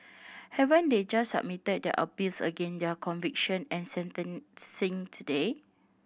haven't they just submitted their appeals against their conviction and sentencing today